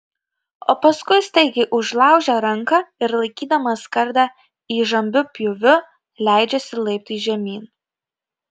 o paskui staigiai užlaužia ranką ir laikydamas kardą įžambiu pjūviu leidžiasi laiptais žemyn